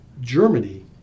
Germany